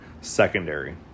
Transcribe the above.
secondary